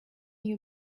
you